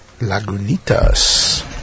Lagunitas